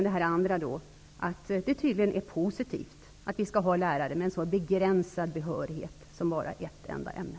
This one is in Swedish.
Det är tydligen positivt att vi skall ha lärare med så begränsad behörighet som bara ett enda ämne.